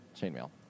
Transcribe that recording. chainmail